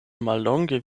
mallonge